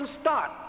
start